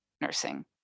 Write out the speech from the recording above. nursing